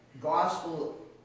gospel